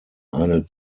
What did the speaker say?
eine